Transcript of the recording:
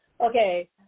Okay